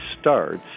starts